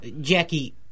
Jackie